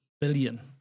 billion